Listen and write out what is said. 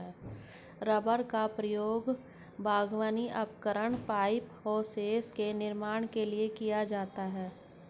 rubber का उपयोग बागवानी उपकरण, पाइप और होसेस के निर्माण के लिए किया जाता है